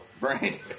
Right